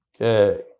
Okay